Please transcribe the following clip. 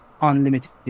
unlimited